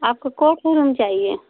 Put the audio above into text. आपको क्या ठो रूम चाहिए